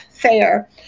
Fair